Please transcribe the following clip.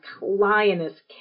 lioness